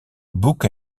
bouc